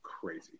crazy